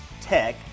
tech